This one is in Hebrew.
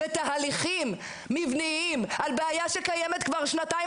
ותהליכים מבניים על בעיה שקיימת כבר שנתיים,